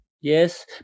Yes